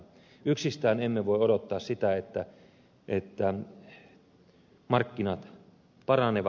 yksistään emme voi odottaa sitä että markkinat paranevat